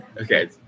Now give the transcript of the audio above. Okay